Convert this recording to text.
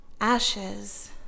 Ashes